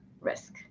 risk